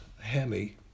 Hemi